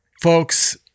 folks –